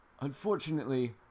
unfortunately